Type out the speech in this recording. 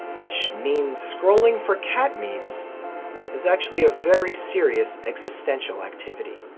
which means scrolling for cat memes is actually a very serious existential activity.